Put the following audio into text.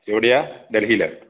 എവിടെയാണ് ഡെൽഹിയിലോ